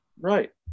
Right